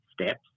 steps